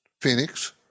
Phoenix